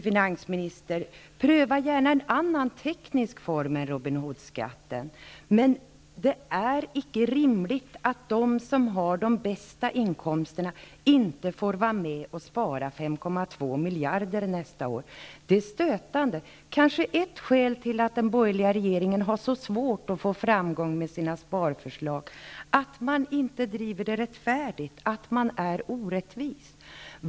Finansministern kan gärna pröva en annan teknisk form än Robin Hoodskatten, men det är icke rimligt att de som har de bästa inkomsterna inte får vara med och spara 5,2 miljarder nästa år. Det är stötande. Ett skäl till att den borgerliga regeringen har så svårt att få framgång med sina sparförslag kanske är att man inte driver dem rättfärdigt, att man är orättvis.